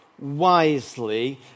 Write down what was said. wisely